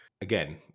again